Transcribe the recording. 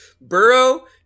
Burrow